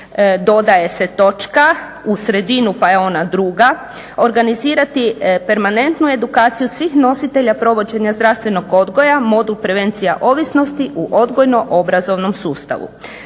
dodaje se točka u sredinu pa je ona druga, "organizirati permanentnu edukaciju svih nositelja provođenja zdravstvenog odgoja modul prevencija ovisnosti u odgojno-obrazovnom sustavu."